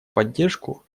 поддержку